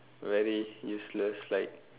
very useless like